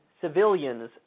civilians